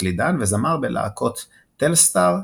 קלידן וזמר בלהקות "טלסטאר",